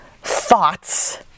thoughts